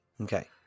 Okay